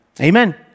Amen